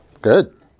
Good